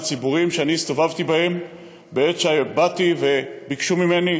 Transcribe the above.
בציבורים שאני הסתובבתי בעת שבאתי וביקשו ממני,